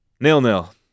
Nil-nil